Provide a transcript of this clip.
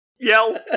yell